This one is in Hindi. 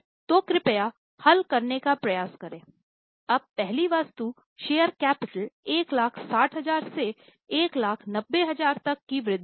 तो कृपया हल करने का प्रयास करें अब पहली वस्तु शेयर कैपिटल 160000 से 190000 तक की वृद्धि है